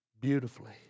beautifully